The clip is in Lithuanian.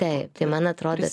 taip tai man atrodo